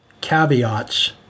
caveats